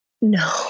No